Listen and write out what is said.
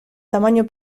tamaño